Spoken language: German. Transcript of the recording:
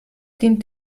dient